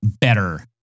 better